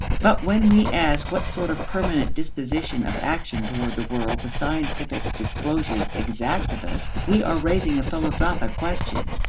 but when we ask what sort of permanent disposition of action toward the world the scientific disclosures exact of us we are raising a philosophic question.